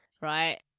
right